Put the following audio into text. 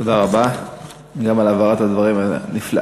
תודה רבה, גם על העברת הדברים הנפלאה.